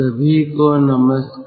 सभी को नमस्कार